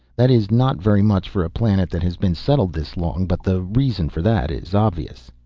that is not very much for a planet that has been settled this long, but the reason for that is obvious.